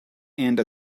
and